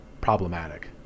problematic